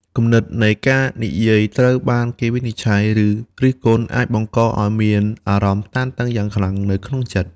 គំនិតនៃការនិយាយត្រូវបានគេវិនិច្ឆ័យ ឬរិះគន់អាចបង្កឱ្យមានអារម្មណ៍តានតឹងយ៉ាងខ្លាំងនៅក្នុងចិត្ត។